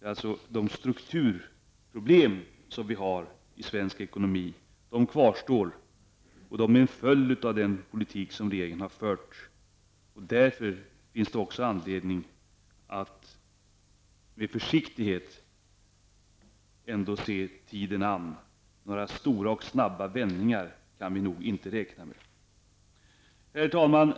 De strukturproblem som vi har i svensk ekonomi kvarstår alltså, och de är en följd av den politik som regeringen har fört. Därför finns det också anledning att med försiktighet se tiden an. Några stora och snabba vändningar kan vi inte räkna med. Herr talman!